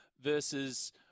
versus